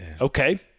okay